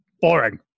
Boring